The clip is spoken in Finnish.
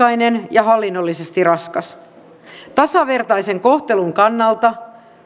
ja hallinnollisesti raskas tasavertaisen kohtelun kannalta vähennys on ongelmallinen myös siksi